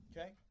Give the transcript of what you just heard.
Okay